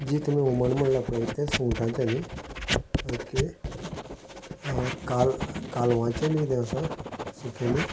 जी तुमी हुमण म्हळ्ळां पळय तें सुंगटांचें न्ही ओके आ काल कालवांचें बी किदें आसा सुकें बी